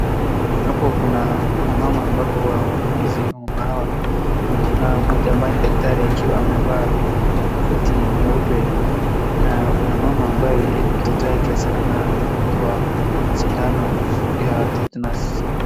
Hapo kuna wamama ambapo wamama hawa, kuna mmoja ambaye ni daktari akiwa amevaa koti nyeupe na kuna mama ambaye mtoto wake anadungwa sindano ya tetanus .